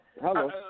Hello